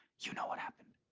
you know what happened.